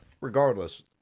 Regardless